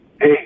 Hey